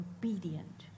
obedient